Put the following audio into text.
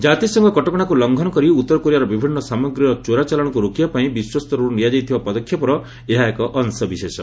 ଜାତିସଂଘ କଟକଶାକୁ ଲଂଘନ କରି ଉତ୍ତରକୋରିଆର ବିଭିନ୍ନ ସାମଗ୍ରୀର ଚୋରାଚାଲାଣକୁ ରୋକିବା ପାଇଁ ବିଶ୍ୱସ୍ତରରୁ ନିଆଯାଇଥିବା ପଦକ୍ଷେପର ଏହା ଏକ ଅଂଶବିଶେଷ